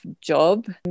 job